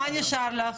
אז מה נשאר לך?